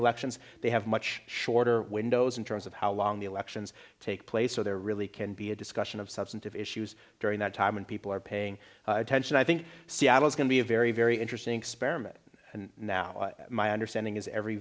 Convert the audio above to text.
elections they have much shorter windows in terms of how long the elections take place so there really can be a discussion of substantive issues during that time and people are paying attention i think seattle is going to be a very very interesting experiment and now my understanding is every